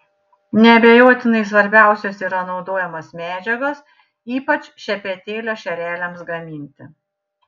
neabejotinai svarbiausios yra naudojamos medžiagos ypač šepetėlio šereliams gaminti